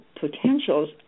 potentials